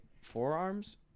forearms